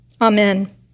Amen